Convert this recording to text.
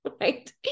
Right